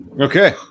okay